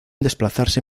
desplazarse